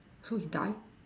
who's died